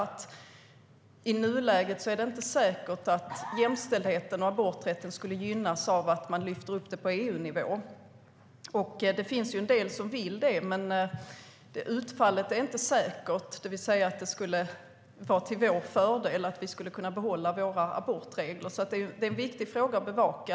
I nuläget är det inte säkert att jämställdheten och aborträtten skulle gynnas av att man lyfter upp det på EU-nivå. Det finns en del som vill det. Utfallet är inte säkert, det vill säga att det skulle vara till vår fördel och att vi skulle kunna behålla våra abortregler. Det är en viktig fråga att bevaka.